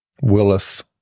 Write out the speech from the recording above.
Willis